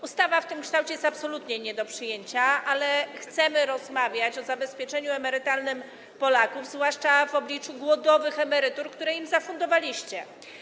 Ustawa w tym kształcie jest absolutnie nie do przyjęcia, ale chcemy rozmawiać o zabezpieczeniu emerytalnym Polaków, zwłaszcza w obliczu głodowych emerytur, które im zafundowaliście.